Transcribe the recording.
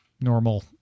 normal